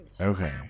Okay